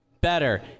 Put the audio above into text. better